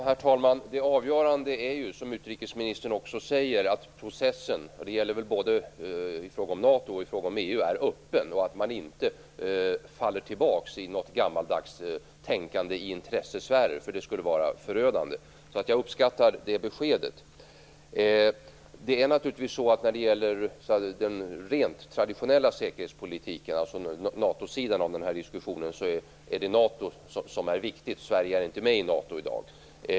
Herr talman! Det avgörande är ju, som utrikesministern också säger, att processen är öppen, och det gäller väl både i fråga om NATO och i fråga om EU. Man får inte falla tillbaka i något gammaldags tänkande i intressesfärer. Det skulle vara förödande. Jag uppskattar det beskedet. När det gäller den rent traditionella säkerhetspolitiken, dvs. NATO-sidan av den här diskussionen, är det NATO som är viktigt. Sverige är inte med NATO i dag.